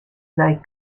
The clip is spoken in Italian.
dai